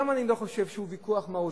גם אני לא חושב שהוא ויכוח מהותי.